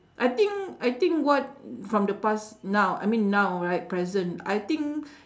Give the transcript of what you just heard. I think I think what from the past now I mean now right present I think